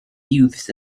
youths